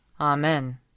Amen